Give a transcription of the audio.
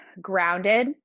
grounded